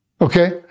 okay